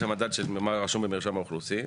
יש מדד שרשום במשרד האוכלוסין,